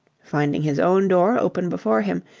finding his own door open before him,